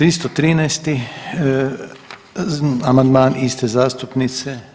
313. amandman iste zastupnice.